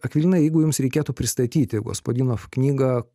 akvilina jeigu jums reikėtų pristatyti gospadinov knygą